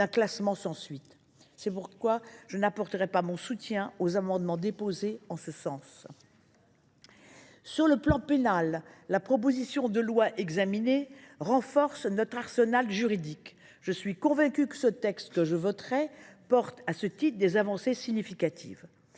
du classement sans suite. C’est pourquoi je n’apporterai pas mon soutien aux amendements déposés en ce sens. Sur le plan pénal, la proposition de loi examinée renforce notre arsenal juridique ; je suis convaincue que ce texte, que je voterai, porte à ce titre des avancées significatives.